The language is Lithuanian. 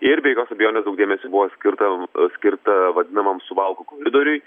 ir be jokios abejonėsdaug dėmesio buvo skirta skirta vadinamam suvalkų koridoriui